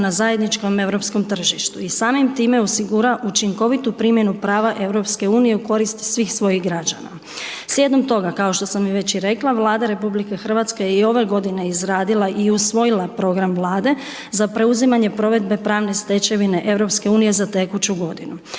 na zajedničkom Europskom tržištu i samim time osigura učinkovitu primjenu prava EU u korist svih svojih građana. Slijedom toga, kao što sam već i rekla Vlada RH je i ove godine izradila i usvojila program Vlade za preuzimanje provedbe pravne stečevine EU za tekuću godinu.